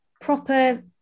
proper